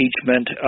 impeachment